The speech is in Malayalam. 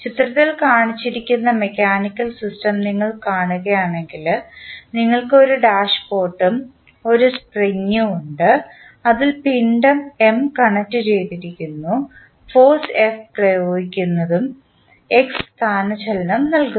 ചിത്രത്തിൽ കാണിച്ചിരിക്കുന്ന മെക്കാനിക്കൽ സിസ്റ്റം നിങ്ങൾ കാണുകയാണെങ്കിൽ നിങ്ങൾക്ക് ഒരു ഡാഷ്പോട്ടും ഒരു സ്പ്രിംഗും ഉണ്ട് അതിൽ പിണ്ഡം M കണക്റ്റുചെയ്തിരിക്കുന്നതും ഫോഴ്സ് F പ്രയോഗിക്കുന്നതും x സ്ഥാനചലനം നൽകുന്നു